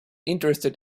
interested